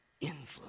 influence